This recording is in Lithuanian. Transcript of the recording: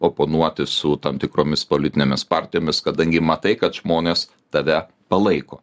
oponuoti su tam tikromis politinėmis partijomis kadangi matai kad žmonės tave palaiko